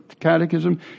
catechism